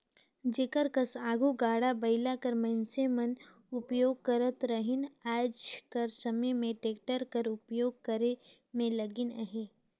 जेकर कस आघु गाड़ा बइला कर मइनसे मन उपियोग करत रहिन आएज कर समे में टेक्टर कर उपियोग करे में लगिन अहें